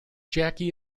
jackie